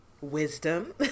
wisdom